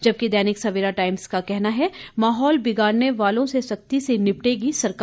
जबकि दैनिक सवेरा टाइम्स का कहना है माहौल बिगाड़ने वालों से सख्ती से निपटेगी सरकार